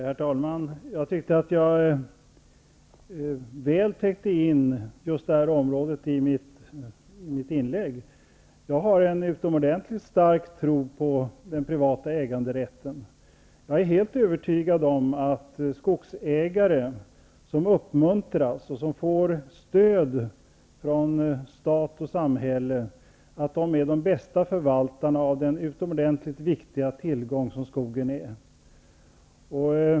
Herr talman! Jag tyckte att jag väl täckte in just det området i mitt anförande. Jag har en utomordentligt stark tro på den privata äganderätten. Jag är helt övertygad om att skogsägare som uppmuntras och som får stöd från stat och samhälle är de bästa förvaltarna av den utomordentligt viktiga tillgång som skogen är.